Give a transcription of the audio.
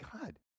God